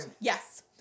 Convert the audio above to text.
yes